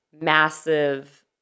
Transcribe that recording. massive